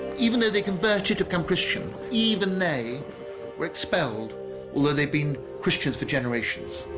even though they converted to become christian even they were expelled although they'd been christians for generations